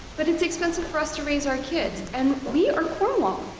but it's expensive for us to raise our kids and we are cornwall.